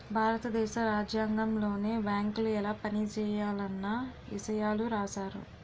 భారత దేశ రాజ్యాంగంలోనే బేంకులు ఎలా పనిజేయాలన్న ఇసయాలు రాశారు